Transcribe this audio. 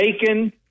bacon